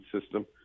system